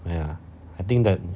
ya I think that